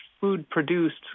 food-produced